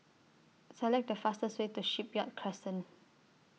Select The fastest Way to Shipyard Crescent